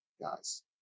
guys